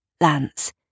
Lance